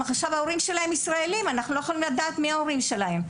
שההורים שלהם ישראלים ולכן אי אפשר לדעת מי הם ההורים שלהם.